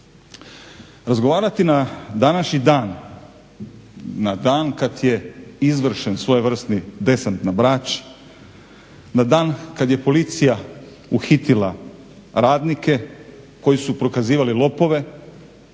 Razgovarati na današnji dan, na dan kad je izvršen svojevrsni desant na Brač, na dan kad je policija uhitila radnike koji su prokazivali lopove